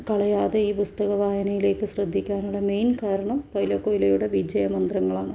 കളയാതെ ഈ പുസ്തക വായനയിലേക്ക് ശ്രദ്ധിക്കാനുള്ള മെയിൻ കാരണം പൗലോ കൊയ്ലോയുടെ വിജയമന്ത്രങ്ങളാണ്